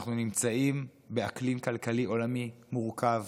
אנחנו נמצאים באקלים כלכלי עולמי מורכב,